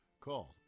Call